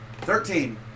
Thirteen